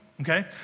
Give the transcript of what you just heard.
okay